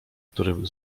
który